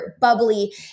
bubbly